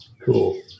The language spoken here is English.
Cool